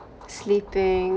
sleeping